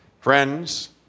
Friends